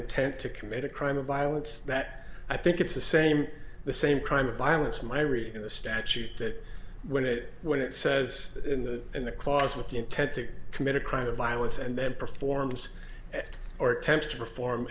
intent to commit a crime of violence that i think it's the same the same crime of violence my reading of the statute that when it when it says in the in the clause with the intent to commit a crime of violence and then performs it or attempt to perform